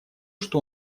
что